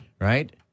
right